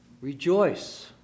Rejoice